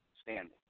standing